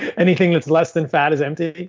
anything that's less than fat is empty?